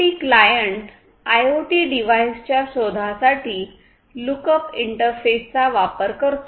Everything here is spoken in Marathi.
आयओटी क्लायंट आयओटी डिव्हाइसच्या शोधासाठी लुकअप इंटरफेसचा वापर करतो